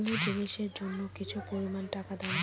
কোনো জিনিসের জন্য কিছু পরিমান টাকা দান করো